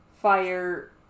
Fire